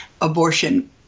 abortion